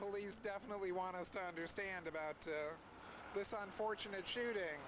police definitely want us to understand about this unfortunate shooting